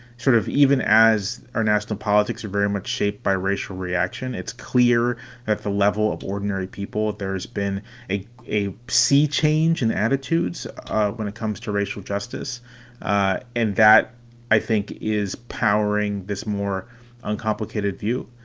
sort of even as our national politics are very much shaped by racial reaction. it's clear that the level of ordinary people. there's been a a sea change in attitudes when it comes to racial justice ah in that i think is powering this more uncomplicated view.